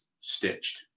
stitched